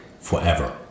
forever